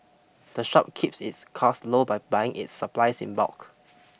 the shop keeps its cost low by buying its supplies in bulk